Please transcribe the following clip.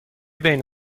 بین